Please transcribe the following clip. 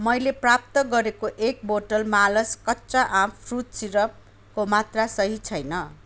मैले प्राप्त गरेको एक बोटल मालास् कच्चा आम् फ्रुट सिरपको मात्रा सही छैन